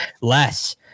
less